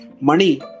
money